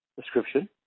description